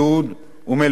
אום-אל-פחם,